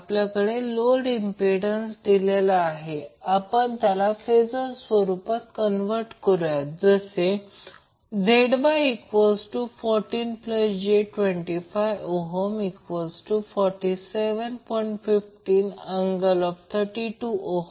आता लोडमधील एकूण इन्स्टंटेनियस पॉवर ही थ्री फेजमधील इन्स्टंटेनियस पॉवरची बेरीज आहे म्हणून थ्री फेज तर असे केल्यास p p a p b p c VAN Ia VBN Ib VCN Ic